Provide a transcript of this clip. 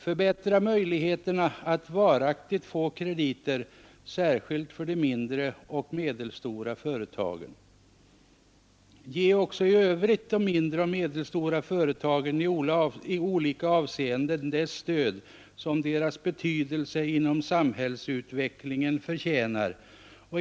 Förbättra möjligheterna att varaktigt få krediter — särskilt för de mindre och medelstora företagen. Ge även i övrigt de mindre och medelstora företagen i olika avseenden det stöd som deras betydelse inom samhällsutvecklingen förtjänar.